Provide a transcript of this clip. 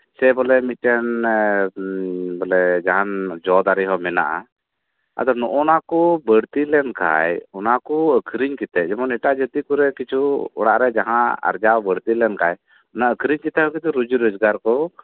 ᱥᱮ ᱵᱚᱞᱮ ᱢᱤᱫᱴᱮᱱ ᱡᱟᱦᱟᱱ ᱵᱚᱞᱮ ᱡᱟᱦᱟᱱ ᱡᱚ ᱫᱟᱨᱮ ᱦᱚᱸ ᱢᱤᱱᱟᱜᱼᱟ ᱱᱚᱜ ᱱᱚᱶᱟ ᱠᱚ ᱵᱟᱹᱲᱛᱤ ᱞᱮᱱᱠᱷᱟᱱ ᱚᱱᱟ ᱠᱚ ᱟᱹᱠᱷᱨᱤᱧ ᱠᱟᱛᱮᱫ ᱮᱴᱟᱜ ᱡᱟᱹᱛᱤ ᱠᱚᱨᱮᱫ ᱡᱮᱴᱟ ᱠᱤᱪᱷᱩ ᱚᱲᱟᱜ ᱨᱮ ᱡᱟᱦᱟᱸ ᱟᱨᱡᱟᱣ ᱵᱟᱹᱲᱛᱤ ᱞᱮᱱᱠᱷᱟᱱ ᱚᱱᱟ ᱟᱹᱠᱷᱨᱤᱧ ᱠᱟᱛᱮ ᱦᱚᱸ ᱠᱤᱱᱛᱩ ᱨᱳᱡᱤ ᱨᱳᱡᱜᱟᱨ ᱠᱚ